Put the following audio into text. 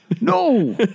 no